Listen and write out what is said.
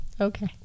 Okay